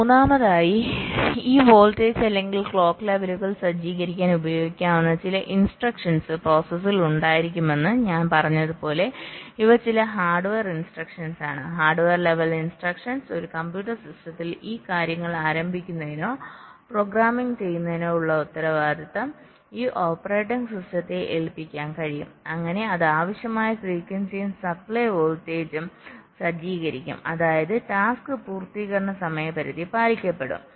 മൂന്നാമതായി ഈ വോൾട്ടേജ് അല്ലെങ്കിൽ ക്ലോക്ക് ലെവലുകൾ സജ്ജീകരിക്കാൻ ഉപയോഗിക്കാവുന്ന ചില ഇൻസ്ട്രക്ഷൻസ് പ്രോസസറിൽ ഉണ്ടായിരിക്കുമെന്ന് ഞാൻ പറഞ്ഞതുപോലെ ഇവ ചില ഹാർഡ്വെയർ ഇൻസ്ട്രക്ഷൻസ് ആണ് ഹാർഡ്വെയർ ലെവൽ ഇൻസ്ട്രക്ഷൻസ് ഒരു കമ്പ്യൂട്ടർ സിസ്റ്റത്തിൽ ഈ കാര്യങ്ങൾ ആരംഭിക്കുന്നതിനോ പ്രോഗ്രാമിംഗ് ചെയ്യുന്നതിനോ ഉള്ള ഉത്തരവാദിത്തം ഓപ്പറേറ്റിംഗ് സിസ്റ്റത്തെ ഏൽപ്പിക്കാൻ കഴിയും അങ്ങനെ അത് ആവശ്യമായ ഫ്രീക്വൻസിയും സപ്ലൈ വോൾട്ടേജും സജ്ജീകരിക്കും അതായത് ടാസ്ക് പൂർത്തീകരണ സമയപരിധി പാലിക്കപ്പെടും